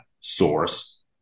source